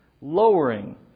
lowering